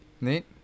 Nate